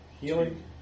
Healing